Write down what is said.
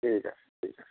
ঠিক আছে ঠিক আছে